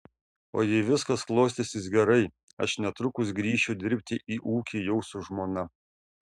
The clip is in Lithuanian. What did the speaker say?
o jei viskas klostysis gerai aš netrukus grįšiu dirbti į ūkį jau su žmona